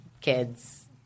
kids